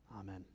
Amen